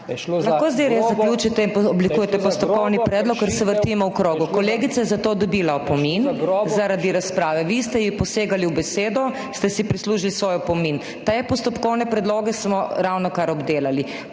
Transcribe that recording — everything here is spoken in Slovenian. zdaj res zaključite in oblikujete postopkovni predlog, ker se vrtimo v krogu? Kolegica je zato dobila opomin, zaradi razprave, vi ste ji posegali v besedo, ste si prislužili svoj opomin. Te postopkovne predloge smo ravnokar obdelali.